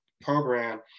program